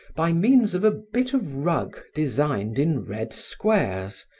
by means of a bit of rug designed in red squares,